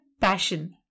passion